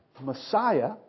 Messiah